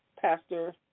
Pastor